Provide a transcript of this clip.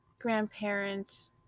grandparents